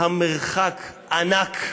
המרחק ענק.